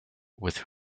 with